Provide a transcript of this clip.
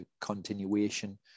continuation